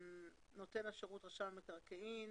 נותן השירות הוא רשם המקרקעין.